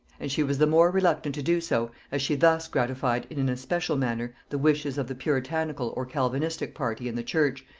and she was the more reluctant to do so as she thus gratified in an especial manner the wishes of the puritanical or calvinistic party in the church,